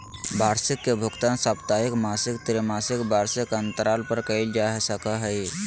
वार्षिकी के भुगतान साप्ताहिक, मासिक, त्रिमासिक, वार्षिक अन्तराल पर कइल जा हइ